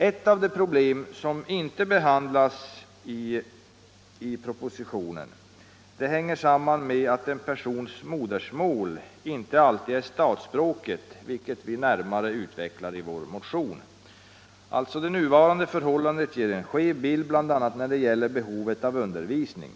Ett av de problem som inte behandlas i propositionen hänger samman med att en persons modersmål inte alltid är statsspråket, vilket vi närmare utvecklar i vår motion. Det ger en skev bild bl.a. när det gäller behovet av undervisning.